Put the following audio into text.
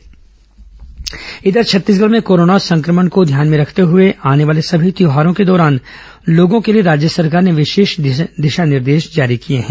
छत्तीसगढ़ त्यौहार निर्देश इधर छत्तीसगढ़ में कोरोना संक्रमण को ध्यान में रखते हुए आने वाले सभी त्यौहारों के दौरान लोगों को लिए राज्य सरकार ने विशेष दिशा निर्देश जारी किए हैं